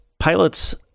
pilots